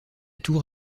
tour